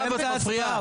קיבלת עוד חצי דקה.